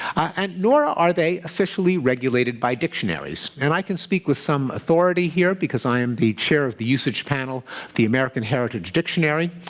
and nor are they officially regulated by dictionaries. and i can speak with some authority here, because i am the chair of the usage panel of the american heritage dictionary,